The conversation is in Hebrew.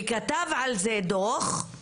וכתב על זה דוח.